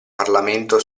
parlamento